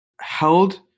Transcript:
held